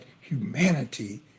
humanity